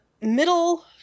middle